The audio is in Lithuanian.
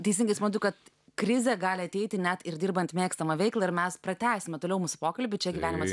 teisingai smagu kad krizė gali ateiti net ir dirbant mėgstamą veiklą ir mes pratęsime toliau mūsų pokalbį čia gyvenimas